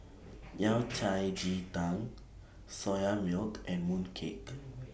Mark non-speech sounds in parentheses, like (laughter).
(noise) Yao Cai Ji Tang Soya Milk and Mooncake